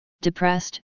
depressed